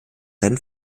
seinen